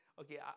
Okay